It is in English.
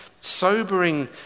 sobering